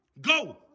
Go